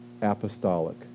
apostolic